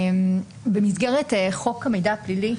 במסגרת חוק המידע הפלילי,